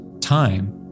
time